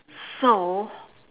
so